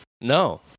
No